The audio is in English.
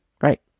Right